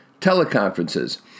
teleconferences